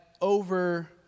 over